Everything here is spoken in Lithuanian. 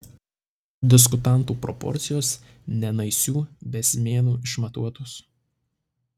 diskutantų proporcijos ne naisių bezmėnu išmatuotos